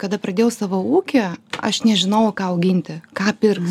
kada pradėjau savo ūkį aš nežinojau ką auginti ką pirkt